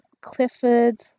clifford